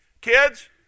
Kids